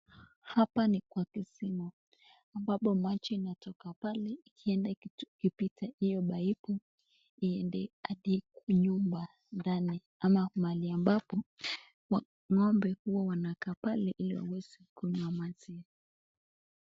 Hapa ni kwa kisima ambapo maji inatoka pale ikienda ikipita hiyo baipu iende hadi kunyumba ndani ama mahali ambapo ng'ombe huwa wanakaa pale ili waweze kunywa maji.